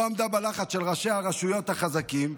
לא עמדה בלחץ של ראשי הרשויות החזקים,